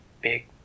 big